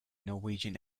norwegian